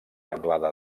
anglada